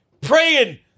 praying